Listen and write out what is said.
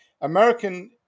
american